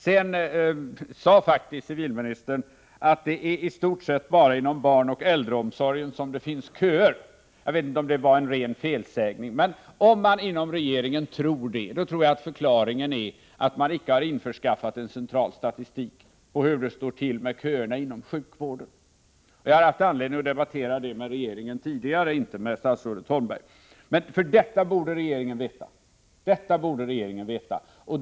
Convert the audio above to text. Vidare sade civilministern faktiskt, att det i stort sett bara är inom barnoch äldreomsorgen som det finns köer. Jag vet inte om det var en ren felsägning. Men om man inom regeringen tror att det förhåller sig på detta sätt, är väl förklaringen att man icke har införskaffat en central statistik över hur det ligger till med köerna inom sjukvården. Jag har haft anledning att debattera detta med företrädare för regeringen tidigare — inte med statsrådet Holmberg. Men det här borde regeringen veta.